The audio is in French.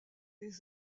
des